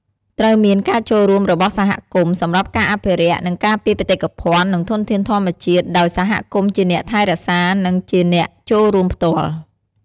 ត្រូវមានការចូលរួមរបស់សហគមន៍ សម្រាប់ការអភិរក្ស និងការពារបេតិកភណ្ឌ និងធនធានធម្មជាតិ ដោយសហគមន៍ជាអ្នកថែរក្សា និងជាអ្នកចូលរួមផ្ទាល់។